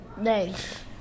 Dez